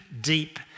deep